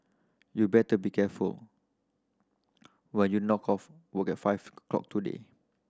you better be careful when you knock off work at five clock today